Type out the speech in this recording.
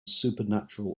supernatural